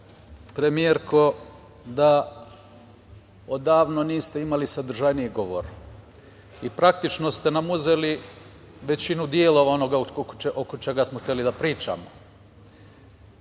premijerko, da odavno niste imali sadržajniji govor i praktično ste nam uzeli većinu dela onoga oko čega smo hteli da pričamo.